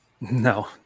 No